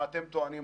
מה אתם טוענים,